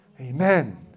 Amen